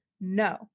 No